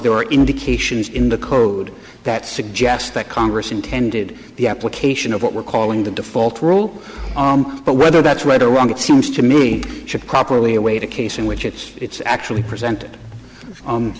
there are indications in the code that suggest that congress intended the application of what we're calling the default rule arm but whether that's right or wrong it seems to me should properly await a case in which it's actually presented